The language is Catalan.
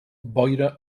boira